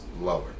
lower